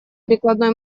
прикладной